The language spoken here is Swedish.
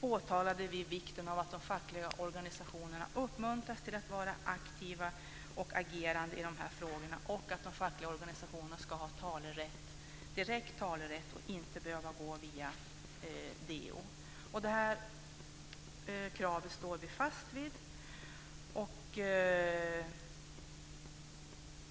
påtalat vikten av att de fackliga organisationerna uppmuntras till att vara aktiva och agerande i dessa frågor och att de ska ha direkt talerätt och inte behöva gå via DO. Detta krav står vi fast vid.